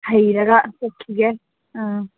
ꯍꯩꯔꯒ ꯆꯠꯈꯤꯒꯦ ꯑꯥ